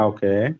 Okay